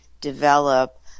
develop